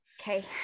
Okay